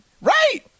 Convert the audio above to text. Right